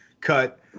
cut